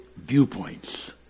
viewpoints